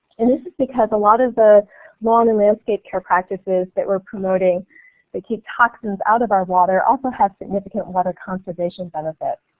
and this is because a lot of the lawn and landscape care practices that we're promoting they keep toxins out of our water also have significant water conservation benefits.